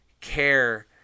care